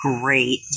Great